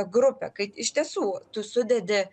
grupę kad iš tiesų tu sudedi